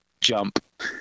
jump